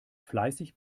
fleißig